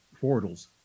portals